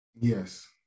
yes